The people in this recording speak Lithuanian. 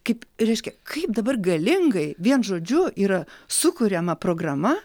kaip reiškia kaip dabar galingai vien žodžiu yra sukuriama programa